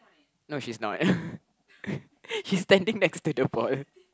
no she's not she's standing next to the ball